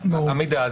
המידע,